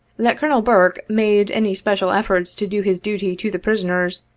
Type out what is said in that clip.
that colonel burke made any special efforts to do his duty to the prisoners,